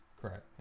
Correct